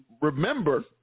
remember